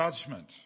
judgment